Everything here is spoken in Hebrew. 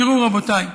תראו, רבותיי,